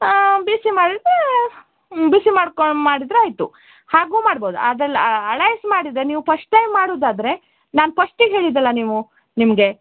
ಹಾಂ ಬಿಸಿ ಮಾಡಿದರೆ ಬಿಸಿ ಮಾಡ್ಕೊ ಮಾಡಿದರೆ ಆಯಿತು ಹಾಗೂ ಮಾಡ್ಬೋದು ಅದಲ್ಲ ಹಳೇದು ಮಾಡದರೆ ನೀವು ಫಸ್ಟ್ ಟೈಮ್ ಮಾಡುದಾದರೆ ನಾನು ಫಸ್ಟಿಗ್ ಹೇಳಿದಲ್ಲ ನೀವು ನಿಮಗೆ